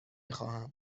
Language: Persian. خواهم